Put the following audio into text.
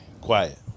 Quiet